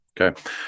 okay